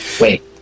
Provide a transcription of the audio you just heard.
Wait